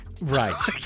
Right